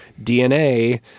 DNA